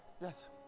Yes